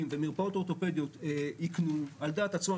ומרפאות אורתופדיות יקנו - על דעת עצמם,